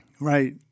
right